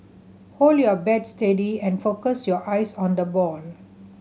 hold your bat steady and focus your eyes on the ball